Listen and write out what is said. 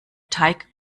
teig